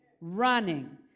running